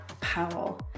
Powell